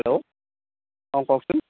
hello অঁ কওকচোন